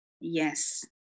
yes